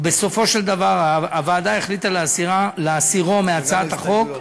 ובסופו של דבר הוועדה החליטה להסירו מהצעת החוק,